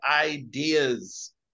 ideas